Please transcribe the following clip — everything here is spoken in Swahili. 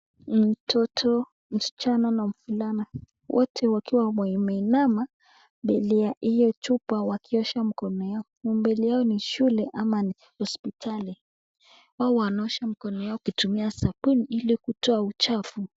Mtoto msichana na mvulana wote wakiwa wameinama mbele ya hiyo chupa wakiosha mkono yao, mbele yao ni shule ama ni hospitali, hao wanaosha mkono yao wakitumia sabuni ili kutoa uchafu.